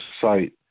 site